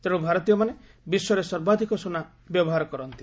ତେଣୁ ଭାରତୀୟମାନେ ବିଶ୍ୱରେ ସର୍ବାଧିକ ସୁନା ବ୍ୟବହାର କରନ୍ତି